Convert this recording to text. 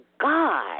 God